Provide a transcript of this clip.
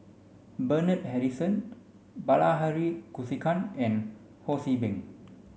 Bernard Harrison Bilahari Kausikan and Ho See Beng